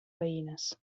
veïnes